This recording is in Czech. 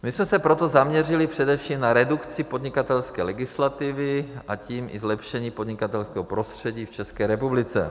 My jsme se proto zaměřili především na redukci podnikatelské legislativy, a tím i zlepšení podnikatelského prostředí v České republice.